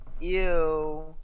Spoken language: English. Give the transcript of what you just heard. Ew